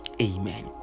amen